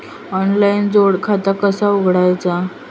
Online जोड खाता कसा उघडायचा?